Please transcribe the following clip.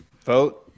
vote